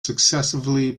successively